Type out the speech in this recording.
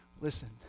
Listen